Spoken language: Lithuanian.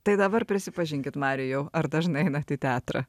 tai dabar prisipažinkit marijau ar dažnai einat į teatrą